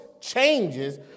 changes